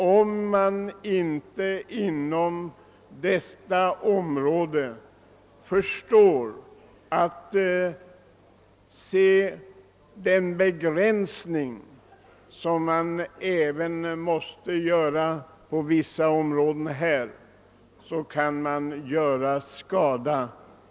Om man inte på dessa områden förstår att se den nödvändiga begränsningen kan man nämligen åsamka dem skada.